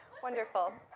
wonderful.